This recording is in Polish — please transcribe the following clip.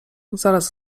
zaraz